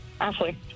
Ashley